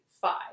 five